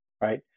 right